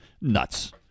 nuts